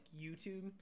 YouTube